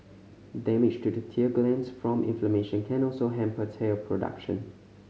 damage to the tear glands from inflammation can also hamper tear production